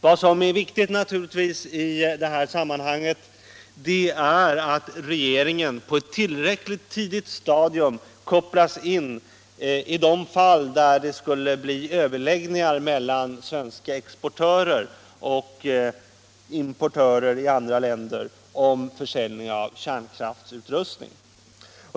Vad som är viktigt i detta sammanhang är naturligtvis att regeringen på ett tillräckligt tidigt stadium kopplas in i de fall där det blir överläggningar mellan svenska exportörer och importörer i andra länder om försäljning av kärnkraftsutrustning.